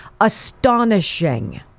astonishing